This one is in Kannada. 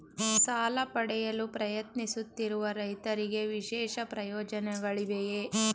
ಸಾಲ ಪಡೆಯಲು ಪ್ರಯತ್ನಿಸುತ್ತಿರುವ ರೈತರಿಗೆ ವಿಶೇಷ ಪ್ರಯೋಜನಗಳಿವೆಯೇ?